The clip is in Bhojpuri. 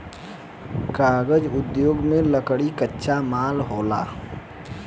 कागज़ उद्योग में लकड़ी कच्चा माल होला